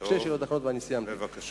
בבקשה.